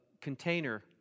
container